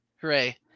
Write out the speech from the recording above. Hooray